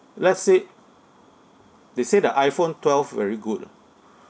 let's say they say the iphone twelve very good orh